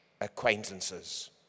acquaintances